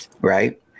Right